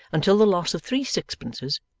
until the loss of three sixpences,